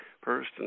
first